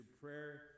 prayer